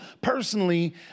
personally